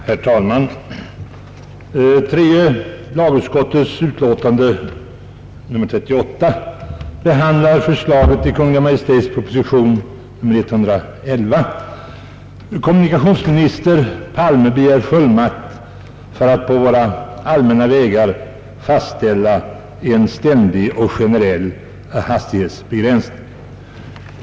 Herr talman! Tredje lagutskottets utlåtande nr 38 behandlar förslaget i Kungl. Maj:ts proposition nr 111. Kommunikationsminister Palme begär fullmakt att på våra allmänna vägar fastställa ständig och generell hastighetsbegränsning.